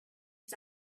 his